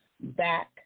back